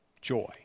Joy